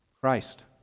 Christ